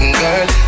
girl